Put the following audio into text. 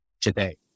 today